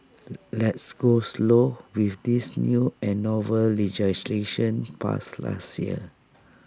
let's go slow with this new and novel legislation passed last year